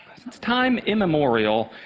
since time immemorial,